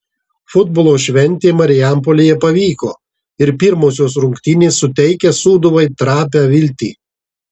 futbolo šventė marijampolėje pavyko ir pirmosios rungtynės suteikia sūduvai trapią viltį